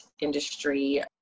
industry